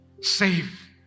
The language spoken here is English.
save